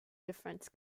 difference